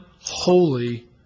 holy